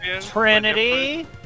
Trinity